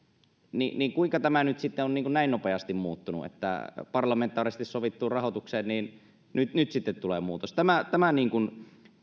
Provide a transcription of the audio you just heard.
niin niin kuinka tämä nyt sitten on näin nopeasti muuttunut että parlamentaarisesti sovittuun rahoitukseen nyt nyt sitten tulee muutos tämä niin kuin